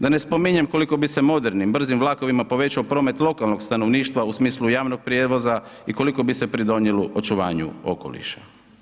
Da ne spominjem koliko bi se modernim, brzim vlakovima, povećao promet lokalnog stanovništva, u smislu javnog prijevoza i koliko bi se pridonijelo očuvanju okoliša.